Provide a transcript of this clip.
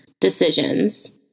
decisions